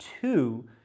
two